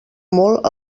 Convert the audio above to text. molt